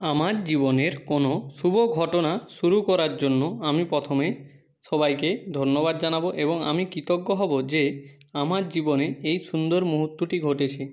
আমার জীবনের কোনো শুভ ঘটনা শুরু করার জন্য আমি প্রথমে সবাইকে ধন্যবাদ জানাব এবং আমি কৃতজ্ঞ হব যে আমার জীবনে এই সুন্দর মুহূর্তটি ঘটেছে